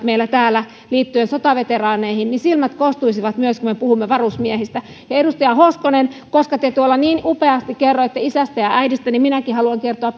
meillä silmät kostuvat liittyen sotaveteraaneihin niin silmät kostuisivat myös kun me puhumme varusmiehistä ja edustaja hoskonen koska te tuolla niin upeasti kerroitte isästä ja äidistä niin minäkin haluan kertoa